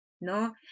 ¿no